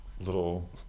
little